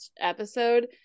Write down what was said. episode